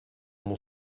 mon